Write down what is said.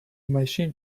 machine